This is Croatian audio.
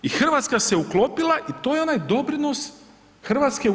I Hrvatska se uklopila i to je onaj doprinos Hrvatske u EU.